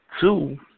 Two